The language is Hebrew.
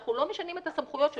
אנחנו לא משנים את הסמכויות שלו,